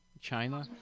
China